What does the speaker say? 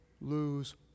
lose